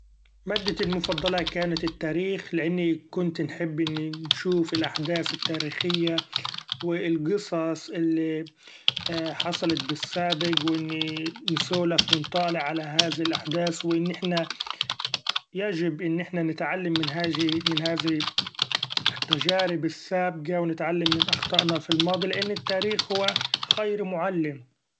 مادتي المفضلة كانت التاريخ لأني كنت نحب إني نشوف الأحداث التاريخية و القصص اللي حصلت بالسابق و نسولف و نطالع علي هاذي الأحداث و إن احنا يجب أن احنا نتعلم من هذه من هذه التجارب السابقة و نتعلم من أخطاءنا في الماضي لأن التاريخ هو خير معلم.